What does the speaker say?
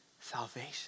salvation